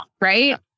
right